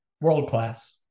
world-class